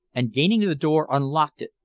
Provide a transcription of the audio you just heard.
and gaining the door unlocked it,